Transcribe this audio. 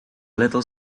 little